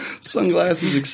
Sunglasses